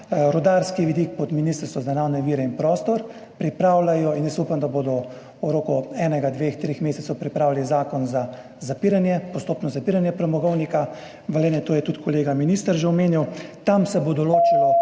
rudarski vidik pod Ministrstvo za naravne vire in prostor. Pripravljajo in jaz upam, da bodo v roku enega, dveh, treh mesecev pripravili zakon za postopno zapiranje Premogovnika Velenje, to je tudi kolega minister že omenil. Tam se bo določilo